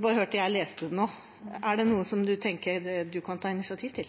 bare hørt det jeg leste opp. Er det noe som ministeren tenker hun kan ta initiativ til?